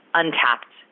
untapped